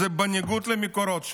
זה בניגוד למקורות שלנו.